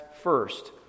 First